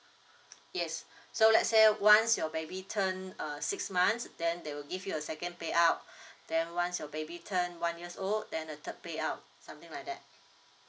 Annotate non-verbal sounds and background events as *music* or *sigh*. *noise* yes so let's say once your baby turns uh six months then they will give you a second payout then once your baby turns one years old then the third payout something like that